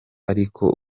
ariko